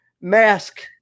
mask